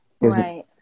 Right